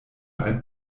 ein